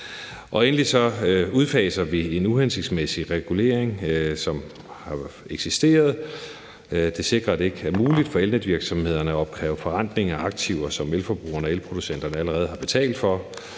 Endelig udfaser vi en uhensigtsmæssig regulering, som har eksisteret. Det sikrer, at det ikke er muligt for elnetvirksomhederne at opkræve forrentning af aktiver, som elforbrugerne og elproducenterne allerede har betalt for.